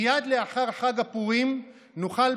מייד לאחר חג הפורים נוכל,